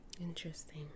Interesting